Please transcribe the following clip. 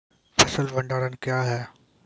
फसल भंडारण क्या हैं?